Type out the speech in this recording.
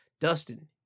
Dustin